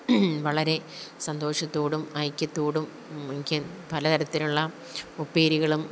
വളരെ സന്തോഷത്തോടും ഐക്യത്തോടും എനിക്ക് പലതരത്തിലുള്ള ഉപ്പേരികളും